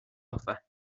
offer